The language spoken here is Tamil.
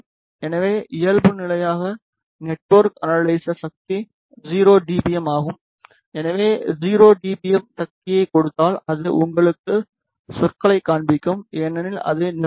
எனவே இயல்புநிலையாக நெட்ஒர்க் அனலைசர் சக்தி 0 டி பி எம் ஆகும் நாம் 0 டி பி எம் சக்தியைக் கொடுத்தால் அது உங்களுக்கு சொற்களைக் காண்பிக்கும் ஏனெனில் அது நிறைவுறும்